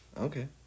Okay